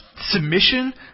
submission